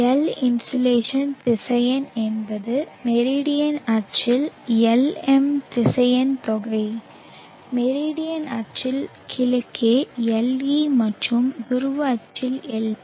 L insolation திசையன் என்பது மெரிடியல் அச்சில் Lm திசையன் தொகை மெரிடியன் அச்சின் கிழக்கே Le மற்றும் துருவ அச்சில் Lp